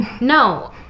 no